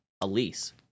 elise